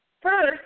first